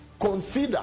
consider